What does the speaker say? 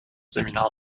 seminar